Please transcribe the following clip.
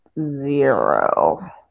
zero